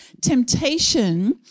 temptation